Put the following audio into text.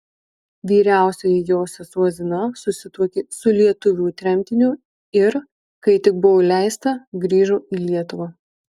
vyriausioji jos sesuo zina susituokė su lietuviu tremtiniu ir kai tik buvo leista grįžo į lietuvą